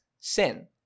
sin